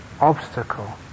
obstacle